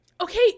Okay